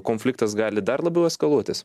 konfliktas gali dar labiau eskaluotis